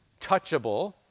touchable